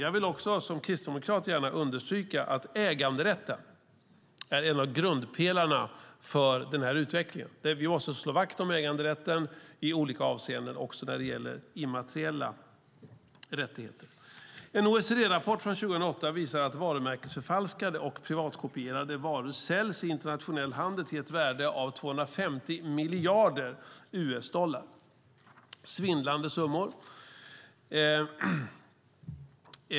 Jag vill också som kristdemokrat gärna understryka att äganderätten är en av grundpelarna för den här utvecklingen. Vi måste slå vakt om äganderätten i olika avseenden också när det gäller immateriella rättigheter. En OECD-rapport från 2008 visar att varumärkesförfalskade och piratkopierade varor säljs i internationell handel till ett värde av 250 miljarder US-dollar. Det är svindlande summor.